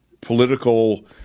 political